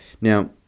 Now